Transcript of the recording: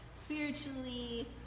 spiritually